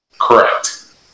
Correct